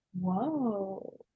Whoa